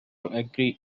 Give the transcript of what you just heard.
agree